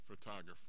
photographer